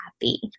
happy